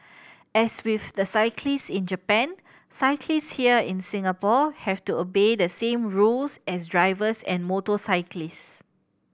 as with the cyclist in Japan cyclist here in Singapore have to obey the same rules as drivers and motorcyclist